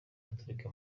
gatolika